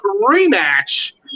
rematch